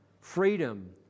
freedom